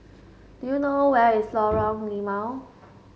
do you know where is Lorong Limau